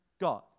God